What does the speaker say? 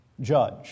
judge